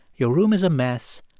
your room is a mess.